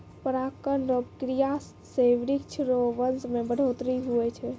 परागण रो क्रिया से वृक्ष रो वंश मे बढ़ौतरी हुवै छै